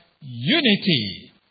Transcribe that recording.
unity